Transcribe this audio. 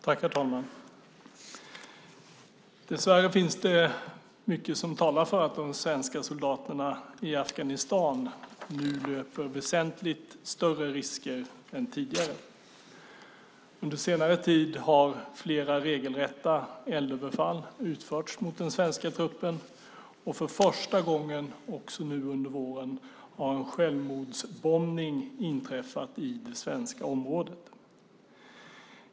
Herr talman! Dessvärre finns det mycket som talar för att de svenska soldaterna i Afghanistan nu löper väsentligt större risker än tidigare. Under senare tid har flera regelrätta eldöverfall utförts mot den svenska truppen, och för första gången har en självmordsbombning inträffat i det svenska området nu under våren.